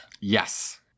Yes